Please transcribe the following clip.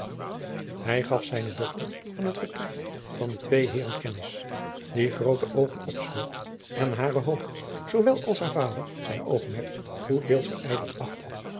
hij gaf zijne dochter van het vertrek van de twee heeren kennis die groote oogen opsloeg en hare hoop zoowel als haar vader zijn oogmerk goeddeels verijdeld achtte